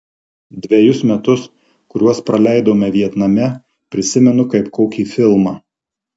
dvejus metus kuriuos praleidome vietname prisimenu kaip kokį filmą